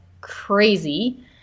crazy